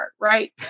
right